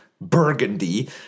Burgundy